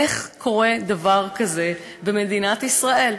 איך קורה דבר כזה במדינת ישראל?